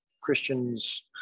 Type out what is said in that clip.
Christians